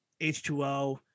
H2O